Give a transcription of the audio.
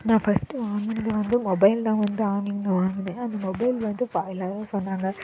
நான் ஃபஸ்ட் வாங்கினது வந்து மொபைல் தான் வந்து ஆன்லைன்ல வாங்கினேன் அந்த மொபைல் வந்து சொன்னாங்க